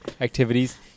activities